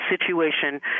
situation